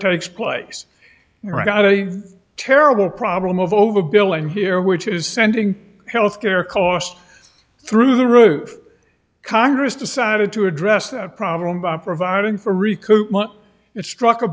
takes place or got a terrible problem of overbilling here which is sending health care costs through the roof congress decided to address the problem by providing for recruitment it struck a